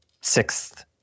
sixth